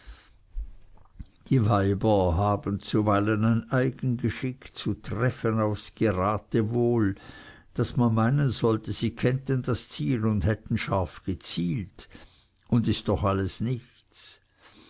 die weiber haben zuweilen ein eigen geschick zu treffen aufs geratewohl daß man meinen sollte sie kennten das ziel und hätten scharf gezielt und ist doch all nichts